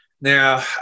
Now